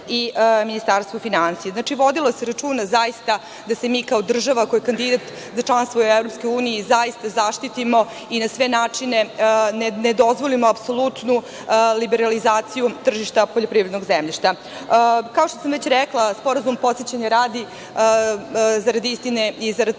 i Ministarstvo finansija. Znači, vodilo se računa zaista da se mi kao država, koja je kandidat za članstvu u EU, zaista zaštitimo i na sve načine nedozvolimo apsolutnu liberalizaciju tržišta poljoprivrednog zemljišta. Kao što sam već rekla, Sporazum, podsećanja radi, zarad istine i zarad